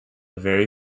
very